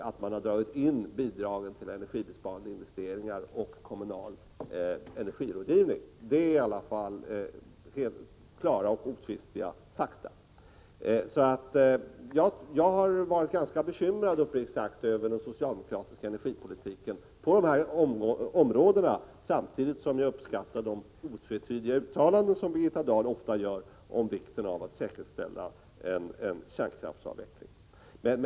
Man har också dragit in bidragen till energibesparingsinvesteringar och kommunal energirådgivning. Det är klara och oomtvistliga fakta. Jag har uppriktigt sagt varit ganska bekymrad över den socialdemokratiska energipolitiken på dessa områden samtidigt som jag uppskattar de otvetydiga uttalanden som Birgitta Dahl ofta gör om vikten av att säkerställa en kärnkraftsavveckling.